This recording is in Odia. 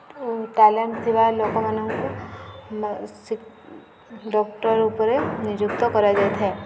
ଟ୍ୟାଲେଣ୍ଟ୍ ଥିବା ଲୋକମାନଙ୍କୁ ଡକ୍ଟର୍ ଉପରେ ନିଯୁକ୍ତ କରାଯାଇଥାଏ